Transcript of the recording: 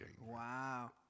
Wow